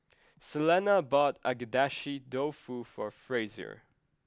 Selena bought Agedashi Dofu for Frazier